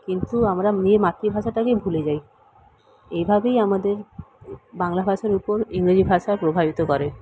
কিন্তু আমরা মে মাতৃভাষাটাকেই ভুলে যাই এভাবেই আমাদের বাংলা ভাষার উপর ইংরেজি ভাষার প্রভাবিত করে